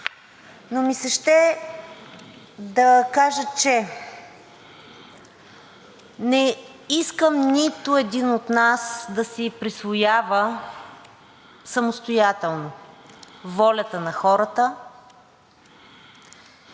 но ми се ще да кажа, че не искам нито един от нас да си присвоява самостоятелно волята на хората,